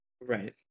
Right